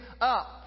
up